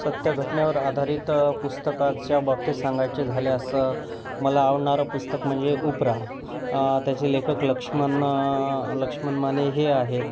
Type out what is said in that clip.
सत्यघटनेवर आधारित पुस्तकाच्या बाबतीत सांगायचे झाले असं मला आवडणारं पुस्तक म्हणजे उपरा त्याचे लेखक लक्ष्मण लक्ष्मण माने हे आहेत